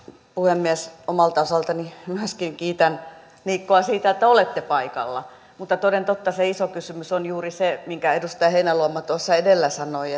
puhemies omalta osaltani myöskin kiitän niikkoa siitä että olette paikalla mutta toden totta se iso kysymys on juuri se minkä edustaja heinäluoma tuossa edellä sanoi